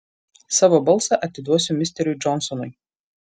savo balsą atiduosiu misteriui džonsonui